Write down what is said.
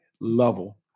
level